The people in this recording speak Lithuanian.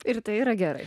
ir tai yra gerai